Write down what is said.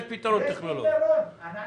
יש פתרון טכנולוגי אתה אומר.